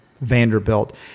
Vanderbilt